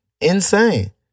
Insane